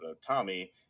Tommy